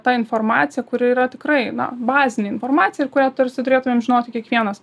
ta informacija kuri yra tikrai na bazinė informacija ir kurią tarsi turėtumėm žinoti kiekvienas